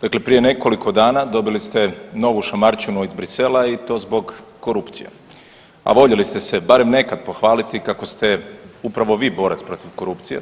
Dakle, prije nekoliko dana dobili ste novu šamarčinu iz Bruxellesa i to zbog korupcije, a voljeli ste se barem nekad pohvaliti kako ste upravo vi borac protiv korupcije,